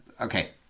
okay